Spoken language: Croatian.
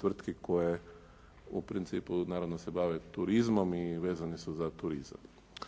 tvrtki koje u principu naravno se bave turizmom i vezane su za turizam.